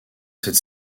cette